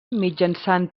mitjançant